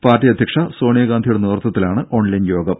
party അധ്യക്ഷ സോണിയാഗാന്ധിയുടെ നേതൃത്വത്തിലാണ് ഓൺലൈൻ യോഗം